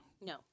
No